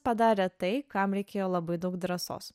padarė tai kam reikėjo labai daug drąsos